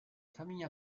famille